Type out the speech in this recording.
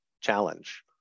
challenge